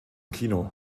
kino